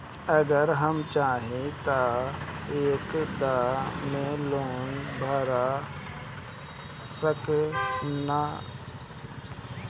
अगर हम चाहि त एक दा मे लोन भरा सकले की ना?